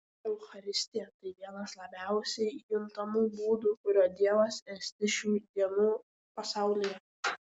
eucharistija tai vienas labiausiai juntamų būdų kuriuo dievas esti šių dienų pasaulyje